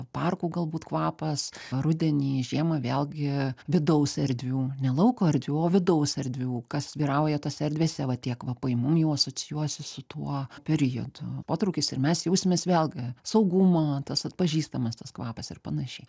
parkų galbūt kvapas rudenį žiemą vėlgi vidaus erdvių ne lauko erdvių o vidaus erdvių kas vyrauja tose erdvėse va tie kvapai mum jau asocijuojasi su tuo periodu potraukis ir mes jausimės vėlgi saugumo tas atpažįstamas tas kvapas ir panašiai